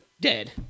dead